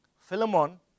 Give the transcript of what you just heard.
Philemon